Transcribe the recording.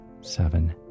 seven